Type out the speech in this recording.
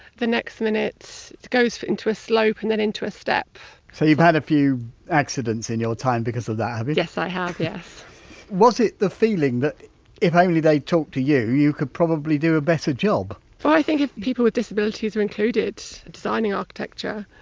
the next minute it goes into a slope and then into a step so you've had a few accidents in your time because of that have you? yes i have yes was it the feeling that if only they talked to you, you could probably do a better job? well i think if people with disabilities were included designing architecture,